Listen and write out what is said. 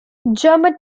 german